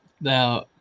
Now